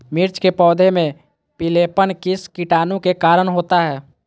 मिर्च के पौधे में पिलेपन किस कीटाणु के कारण होता है?